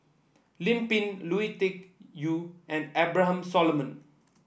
Lim Pin Lui Tuck Yew and Abraham Solomon